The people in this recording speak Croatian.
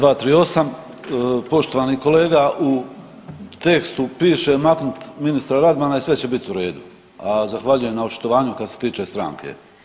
238., poštovani kolega u tekstu piše maknut ministra Radmana i sve će biti u redu, a zahvaljujem na očitovanju kad se tiče stranke.